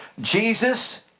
Jesus